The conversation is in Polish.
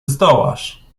zdołasz